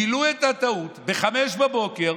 וגילו את הטעות ב-05:00.